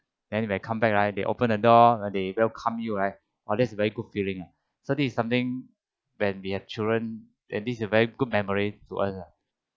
then if I come back right they open the door and they welcome you right oh this is very good feeling eh so this is something when we have children and this is a very good memory to us uh